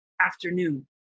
afternoon